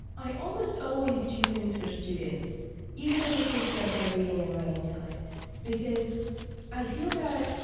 i almost always do things for students even if it takes up my reading and writing time because i feel that,